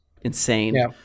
insane